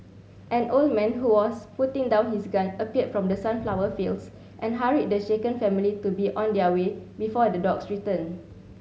an old man who was putting down his gun appeared from the sunflower fields and hurried the shaken family to be on their way before the dogs return